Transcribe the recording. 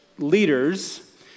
Leaders